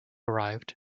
arrived